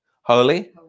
Holy